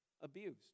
abused